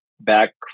back